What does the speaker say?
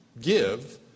give